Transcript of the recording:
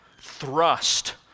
thrust